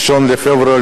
1 בפברואר,